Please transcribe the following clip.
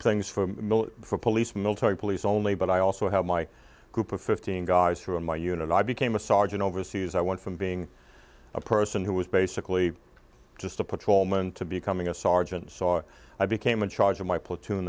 things for police military police only but i also have my group of fifteen guys who in my unit i became a sergeant overseas i went from being a person who was basically just a patrolman to becoming a sergeant saw i became in charge of my platoon